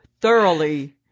thoroughly